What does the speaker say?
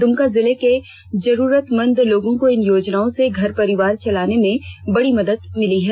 द्मका जिले के जरूरतमंद लोगों को इन याजनाओं से घर परिवार चलाने में बड़ी मदद मिली है